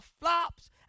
flops